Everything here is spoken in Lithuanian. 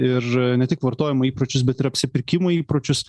ir ne tik vartojimo įpročius bet ir apsipirkimo įpročius